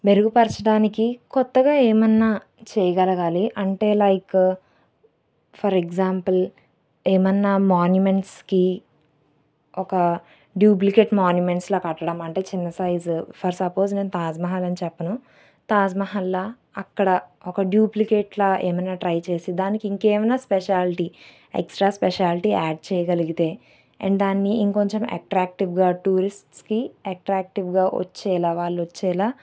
మెరుగుపరచడానికి కొత్తగా ఏమన్నా చేయగలగాలి అంటే లైక్ ఫర్ ఎగ్జాంపుల్ ఏమన్నా మాన్మెంట్స్కి ఒక డూప్లికేట్ మాన్మెంట్స్ల కట్టడం అంటే చిన్న సైజు ఫర్ సపోజ్ నేను తాజ్ మహల్ అని చెప్పాను తాజ్ మహల్లాగా అక్కడ ఒక డూప్లికేట్లాగా ఏమన్నా ట్రై చేసి దానికి ఇంకేమన్నా స్పెషాలిటీ ఎక్స్ట్రా స్పెషాలిటీ యాడ్ చేయగలిగితే అండ్ దాన్ని ఇంకొంచెం అట్రాక్టివ్గా టూరిస్ట్స్కి అట్రాక్టివ్గా వచ్చేలాగా వాళ్ళు వచ్చేలాగా